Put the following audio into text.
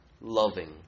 loving